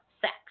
sex